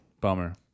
Bummer